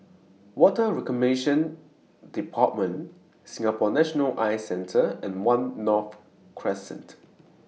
Water Reclamation department Singapore National Eye Centre and one North Crescent